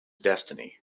destiny